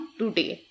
today